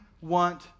want